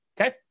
Okay